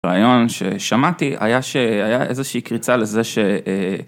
רעיון ששמעתי היה ש... היה איזושהי קריצה לזה ש...